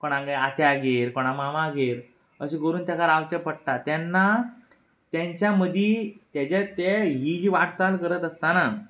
कोणाले आत्यागेर कोणा मामागेर अशें करून तेंका रांवचे पडटा तेन्ना तेंच्या मदीं तेज्या तें ही जी वाटचाल करत आसताना